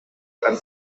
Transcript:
and